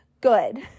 Good